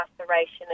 Incarceration